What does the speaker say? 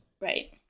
Right